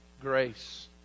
Grace